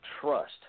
Trust